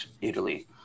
Italy